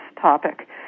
topic